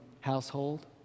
household